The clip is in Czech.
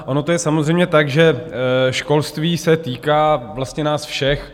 Ono to je samozřejmě tak, že školství se týká vlastně nás všech.